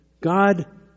God